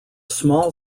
small